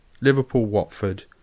Liverpool-Watford